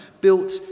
built